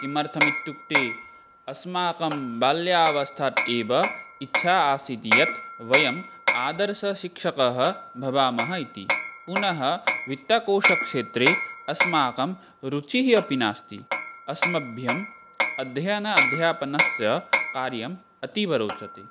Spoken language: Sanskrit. किमर्थम् इत्युक्ते अस्माकं बाल्यावस्थात् एव इच्छा आसीत् यत् वयम् आदर्शशिक्षकाः भवामः इति पुनः वित्तकोशक्षेत्रे अस्माकं रुचिः अपि नास्ति अस्मभ्यम् अध्ययन अध्यापनस्य कार्यम् अतीव रोचते